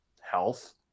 health